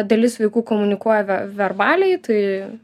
dalis vaikų komunikuoja verbaliai tai